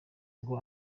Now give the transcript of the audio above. ngo